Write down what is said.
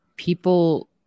people